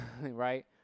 right